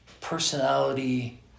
personality